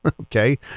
Okay